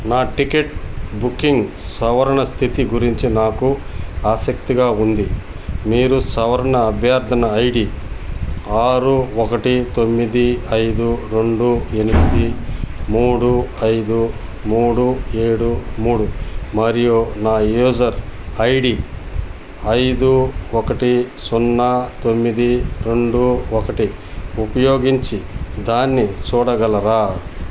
నా ticket booking సవరణ స్థితి గురించి నాకు ఆసక్తిగా ఉంది మీరు సవరణ అభ్యర్థన ఐడి ఆరు ఒకటి తొమ్మిది ఐదు రెండు ఎనిమిది మూడు ఐదు మూడు ఏడు మూడు మరియు నా యూజర్ ఐడి ఐదు ఒకటి సున్నా తొమ్మిది రెండు ఒకటి ఉపయోగించి దాన్ని చూడగలరా